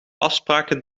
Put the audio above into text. afspraken